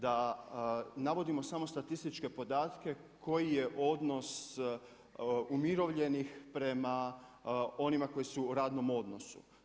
Da navodimo samo statističke podatke, koji je odnos umirovljenih prema onima koji su u radnom odnosu.